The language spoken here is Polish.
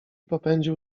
popędził